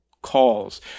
calls